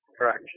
Correct